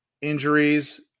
injuries